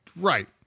Right